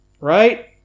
right